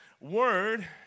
word